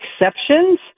exceptions